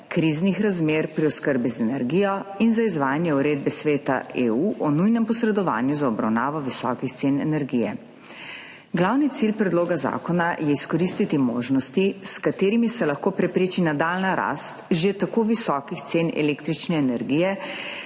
kriznih razmer pri oskrbi z energijo in za izvajanje uredbe Sveta EU o nujnem posredovanju za obravnavo visokih cen energije. Glavni cilj Predloga zakona je izkoristiti možnosti, s katerimi se lahko prepreči nadaljnja rast že tako visokih cen električne energije